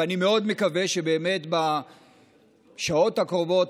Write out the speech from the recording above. אני מאוד מקווה שבשעות הקרובות,